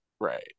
Right